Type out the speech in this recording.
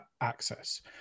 access